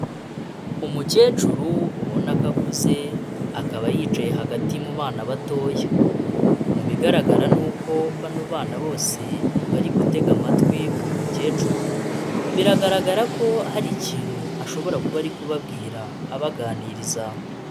Umukecuru ubona ko akuze, akaba yicaye hagati mu bana batoya. Mu bigaragara ni uko bano bana bose bari gutega amatwi uyu mukecuru, biragaragara ko hari ikintu ashobora kuba ari kubabwira, abaganiriza.